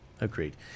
Agreed